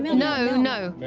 no, no.